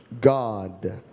God